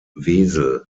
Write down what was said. wesel